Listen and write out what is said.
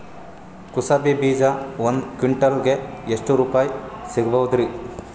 ಕುಸಬಿ ಬೀಜ ಒಂದ್ ಕ್ವಿಂಟಾಲ್ ಗೆ ಎಷ್ಟುರುಪಾಯಿ ಸಿಗಬಹುದುರೀ?